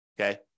okay